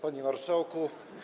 Panie Marszałku!